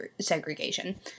segregation